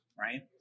right